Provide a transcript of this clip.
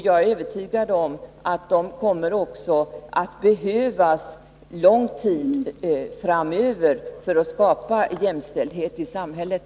Jag är övertygad om att de också kommer att behövas lång tid framöver för att skapa jämställdhet i samhället.